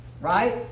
right